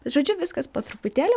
žodžiu viskas po truputėlį